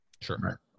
Sure